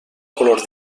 color